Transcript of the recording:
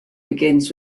begins